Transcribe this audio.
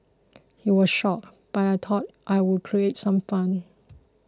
he was shocked but I thought I'd create some fun